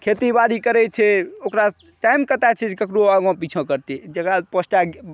खेती बाड़ी करैत छै ओकरा टाइम कतय छै जे ककरो आगाँ पिछा करतय जेकरा पाँचटा